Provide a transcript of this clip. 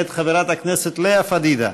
מאת חברת הכנסת לאה פדידה.